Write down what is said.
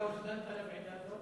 אתה הוזמנת לוועידה הזאת?